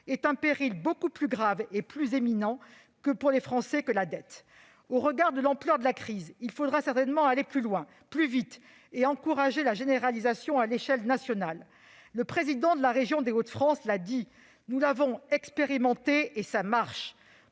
est un péril beaucoup plus grave et imminent, pour les Français, que la dette. Au regard de l'ampleur de la crise, il faudra certainement aller plus loin, plus vite, et encourager la généralisation du dispositif à l'échelle nationale. Le président de la région des Hauts-de-France l'a dit :« nous l'avons expérimenté, et ça marche